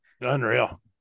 Unreal